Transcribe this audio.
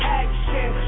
action